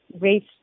race